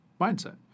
mindset